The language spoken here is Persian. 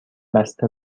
بسته